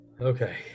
Okay